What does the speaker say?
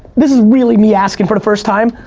this is really me asking for the first time.